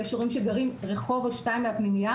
יש ילדים שגרים רחוב או שניים מהפנימייה